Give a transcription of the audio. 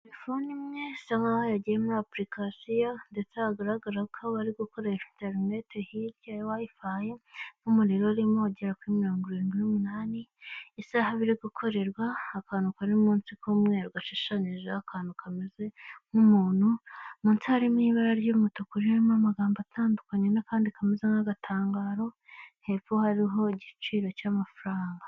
telefone imwe isa nkaho yagiye muri aplication ,ndetse hagaragara ko bari gukoresha interneti hirya wi fi, n'umuriro urimo agera kuri mirongo irindwi n'umunani i,saha biri gukorerwa akantu kari munsi k'umweru gashushanyijeho akantu kameze nk'umuntu ,munsi harimoi ibara ry'umutuku ririmo amagambo atandukanye ,n'akandi kameze nk'agatangaro hepfo hariho igiciro cy'amafaranga.